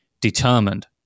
determined